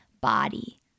body